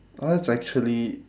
oh that's actually